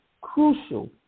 crucial